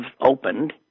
opened